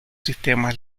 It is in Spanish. sistemas